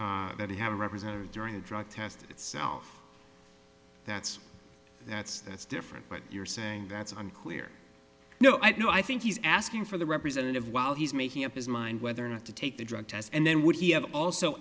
he had a representative during a drug test itself that's that's that's different but you're saying that's unclear no i think he's asking for the representative while he's making up his mind whether or not to take the drug test and then would he have also